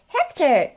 Hector